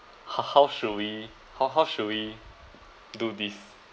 how how should we how how should we do this